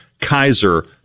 kaiser